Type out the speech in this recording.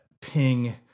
ping